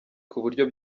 kuburyo